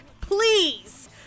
please